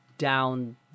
down